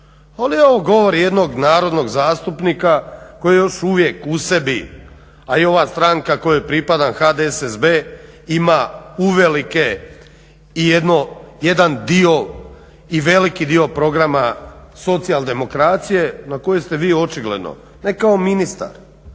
ali je ovo govor jednog narodnog zastupnika koji još uvijek u sebi, a i ova stranka kojoj pripada HDSSB ima uvelike i jedan dio i veliki dio programa socijaldemokracije na koju ste vi očigledno, ne kao ministar